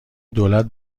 دولت